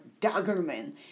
Daggerman